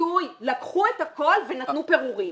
לקחו את הכול ונתנו פירורים.